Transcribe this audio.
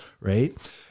right